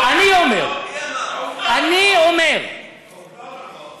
שנבחר לאחרונה לראשות עיריית חברון,